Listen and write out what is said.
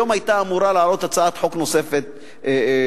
היום היתה אמורה לעלות הצעה נוספת שלי,